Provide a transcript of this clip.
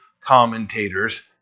commentators